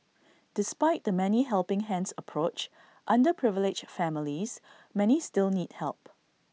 despite the many helping hands approach underprivileged families many still need help